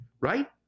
right